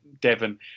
Devon